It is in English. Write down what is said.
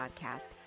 Podcast